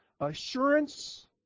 Assurance